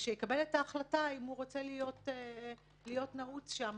הוא צריך לקבל החלטה אם הוא רוצה להיות נעוץ שם